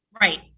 Right